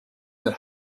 that